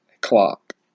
clock